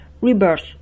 rebirth